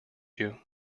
you